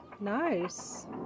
Nice